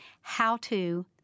how-to